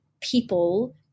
people